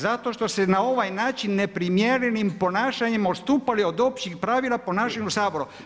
Zato što ste na ovaj način neprimjerenim ponašanjem odstupali od općih pravila ponašanja u Saboru.